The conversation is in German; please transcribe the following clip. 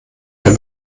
mehr